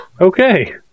Okay